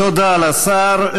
תודה לשר.